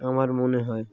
আমার মনে হয়